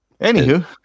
Anywho